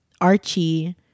Archie